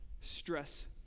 stress